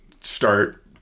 start